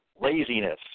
laziness